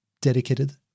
dedicated